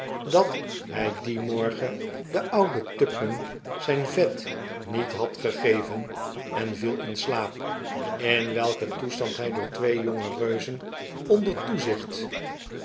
dat hij dien morgen den ouden tupman zijn vet niet had gegeven en viel in slaap in welken toestand hij door twee jonge reuzen onder toezicht